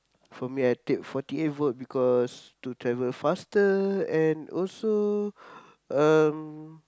for me I take forty eight volt because to travel faster and also um